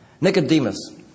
Nicodemus